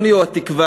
יוני הוא התקווה